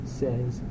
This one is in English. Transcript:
says